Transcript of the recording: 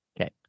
Okay